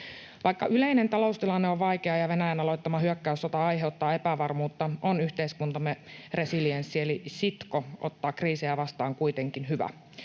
Vaikka yleinen taloustilanne on vaikea ja Venäjän aloittama hyökkäyssota aiheuttaa epävarmuutta, on yhteiskuntamme resilienssi eli sitko ottaa kriisejä vastaan kuitenkin hyvä.